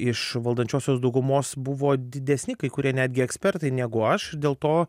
iš valdančiosios daugumos buvo didesni kai kurie netgi ekspertai negu aš dėl to